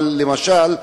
אבל למשל,